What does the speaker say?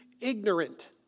ignorant